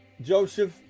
Joseph